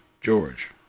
George